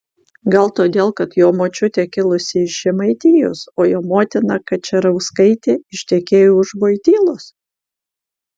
gal todėl kad jo močiutė kilusi iš žemaitijos o jo motina kačerauskaitė ištekėjo už vojtylos